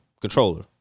controller